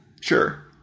Sure